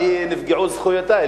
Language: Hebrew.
נפגעו זכויותי,